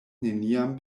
neniam